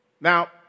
Now